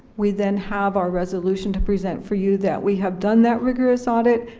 we then have our resolution to present for you that we have done that rigorous audit,